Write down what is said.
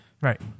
Right